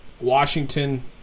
washington